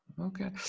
Okay